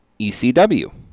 ECW